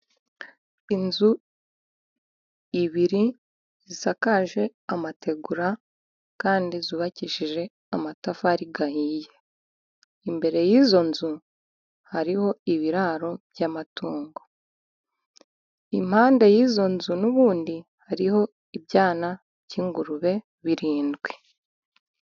Inzu ebyiri zisakaje amategura, kandi zubakishije amatafari ahiye. Imbere y'izo nzu hariho ibiraro by'amatungo. Impande y'izo nzu n'ubundi hariho ibyana by'ingurube birindwi.